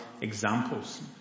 examples